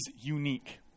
unique